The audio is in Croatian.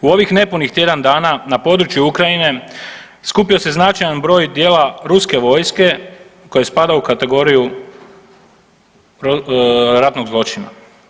U ovih nepunih tjedan dana na području Ukrajine skupio se značajan broj dijela ruske vojske koji spada u kategoriju ratnog zločina.